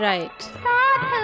Right